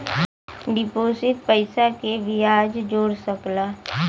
deposit पइसा के बियाज जोड़ सकला